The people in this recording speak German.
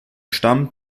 stamm